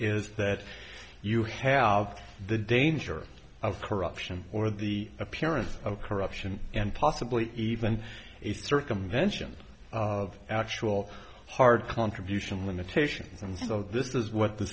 is that you have the danger of corruption or the appearance of corruption and possibly even a circumvention of actual hard contribution limitations and so this is what the